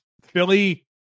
Philly